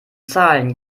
zahlen